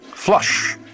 Flush